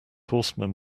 horsemen